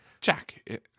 Jack